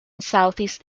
southeast